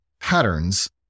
patterns